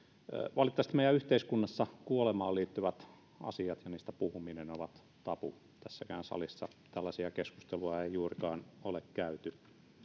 valitettavasti meidän yhteiskunnassa kuolemaan liittyvät asiat ja niistä puhuminen ovat tabu tässäkään salissa tällaisia keskusteluja ei juurikaan ole käyty ja tosiasia